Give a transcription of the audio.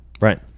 Right